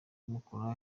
umukoraho